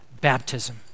baptism